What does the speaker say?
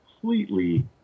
completely